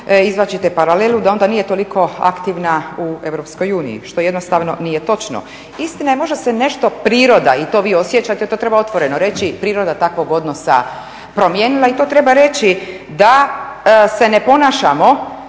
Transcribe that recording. izvlačite paralelu da onda nije toliko aktivna u Europskoj uniji što jednostavno nije točno. Istina, možda se nešto priroda i to vi osjećate i to treba otvoreno reći, priroda takvog odnosa promijenila i to treba reći da se ne ponašamo